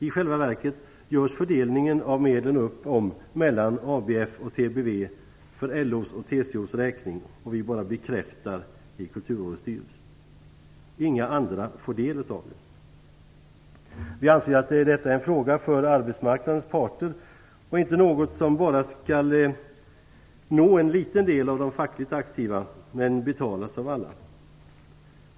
I själva verket görs fördelningen av medlen upp mellan ABF och TBV för LO:s och TCO:s räkning, och vi bara bekräftar i Kulturrådets styrelse. Inga andra får del av det här. Vi anser att detta är en fråga för arbetsmarknadens parter och inte något som bara skall nå en liten del av de fackligt aktiva men betalas av alla.